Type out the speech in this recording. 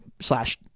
slash